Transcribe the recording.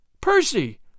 Percy